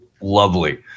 lovely